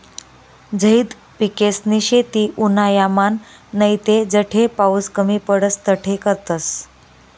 झैद पिकेसनी शेती उन्हायामान नैते जठे पाऊस कमी पडस तठे करतस